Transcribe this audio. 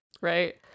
right